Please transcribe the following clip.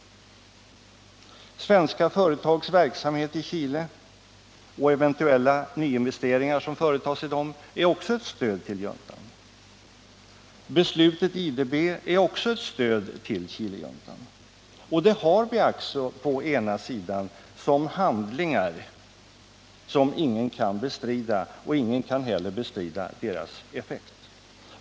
Svenska företags verksamhet i Chile och de eventuella nyinvesteringar som görs i dessa företag är också ett stöd till juntan. Beslutet i IDB är också ett stöd till Chilejuntan. Detta finns alltså på ena sidan såsom handlingar som ingen kan bestrida. Ingen kan heller bestrida deras effekter.